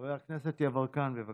חבר הכנסת יברקן, בבקשה.